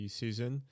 season